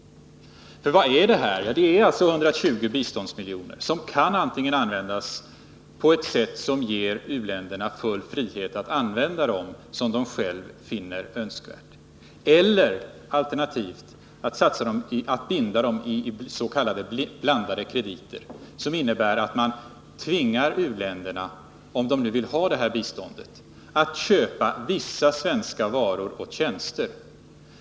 För vad är det här? Det är 120 biståndsmiljoner som kan användas antingen på ett sätt som ger u-länderna full frihet att använda dem så som de själva finner önskvärt eller, alternativt, att binda dem i s.k. blandade krediter, vilket innebär att man tvingar u-länderna — om de nu vill ha det här biståndet — att köpa vissa svenska varor och tjänster.